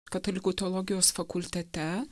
katalikų teologijos fakultete